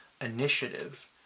Initiative